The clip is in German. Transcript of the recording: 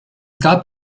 gab